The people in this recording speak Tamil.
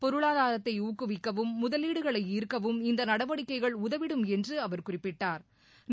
பொருளாதாரத்தை ஊக்குவிக்கவும் முதலீடுகளை ஈர்க்கவும் இந்த நடவடிக்கைகள் உதவிடும் என்று அவர் குறிப்பிட்டாா்